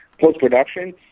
Post-Production